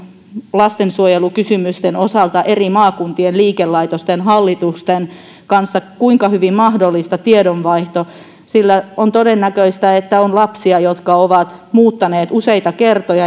lastensuojelukysymysten osalta eri maakuntien liikelaitosten hallitusten kanssa mahdollista kuinka hyvin on mahdollista tiedonvaihto sillä on todennäköistä että on lapsia jotka ovat muuttaneet useita kertoja